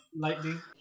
lightning